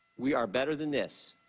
we are better than this.